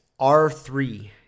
R3